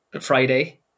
Friday